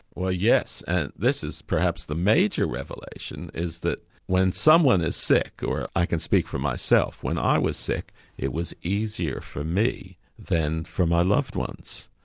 well yes, and this is perhaps the major revelation is that when someone is sick, or i can speak for myself, when i was sick it was easier for me than for my loved ones.